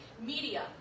Media